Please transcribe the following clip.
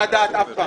אי-אפשר לדעת אף פעם.